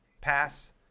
pass